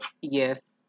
yes